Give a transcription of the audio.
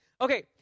okay